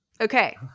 Okay